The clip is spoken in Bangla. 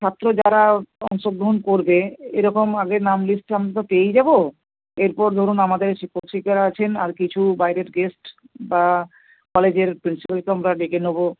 ছাত্র যারা অংশগ্রহণ করবে এরকম আগে নাম লিস্টে আমরা পেয়েই যাবো এরপর ধরুন আমাদের শিক্ষক শিক্ষিকারা আছেন আর কিছু বাইরের গেস্ট বা কলেজের প্রিন্সিপালকে আমরা ডেকে নোবো